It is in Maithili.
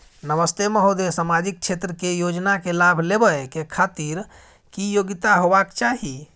नमस्ते महोदय, सामाजिक क्षेत्र के योजना के लाभ लेबै के खातिर की योग्यता होबाक चाही?